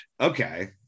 Okay